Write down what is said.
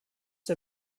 der